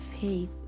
faith